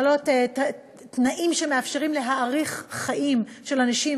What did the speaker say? תנאים שמאפשרים להאריך חיים של אנשים,